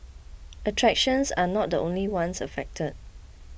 attractions are not the only ones affected